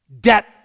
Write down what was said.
Debt